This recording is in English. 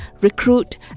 recruit